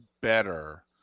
better